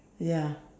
ya